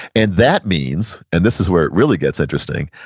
and that means, and this is where it really gets interesting,